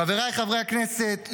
חבריי חברי הכנסת,